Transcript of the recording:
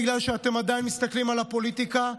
בגלל שאתם עדיין מסתכלים על הפוליטיקה,